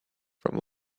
from